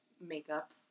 makeup